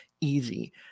easy